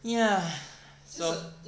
ya so